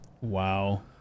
Wow